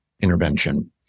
intervention